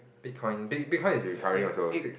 Bitcoin Bit Bitcoin is recovering also six